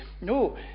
no